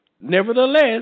Nevertheless